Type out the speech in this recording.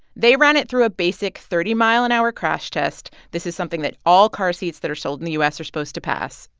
they ran it through a basic thirty mile an hour crash test. this is something that all car seats that are sold in the u s. are supposed to pass,